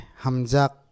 hamzak